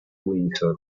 windsor